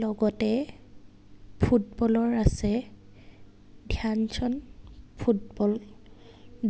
লগতে ফুটবলৰ আছে ধ্যানচন্দ ফুটবল